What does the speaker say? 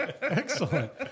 Excellent